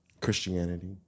Christianity